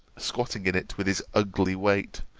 squatting in it with his ugly weight,